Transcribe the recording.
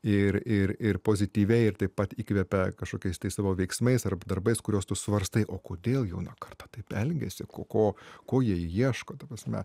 ir ir ir pozityviai ir taip pat įkvepia kažkokiais tai savo veiksmais ar darbais kuriuos tu svarstai o kodėl jauna karta taip elgiasi ko ko jie ieško ta prasme